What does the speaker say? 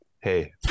hey